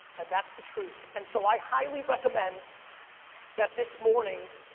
and that's the truth. and so i highly recommend that this morning,